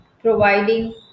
providing